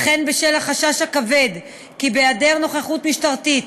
וכן בשל החשש הכבד כי בהיעדר נוכחות משטרתית